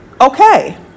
Okay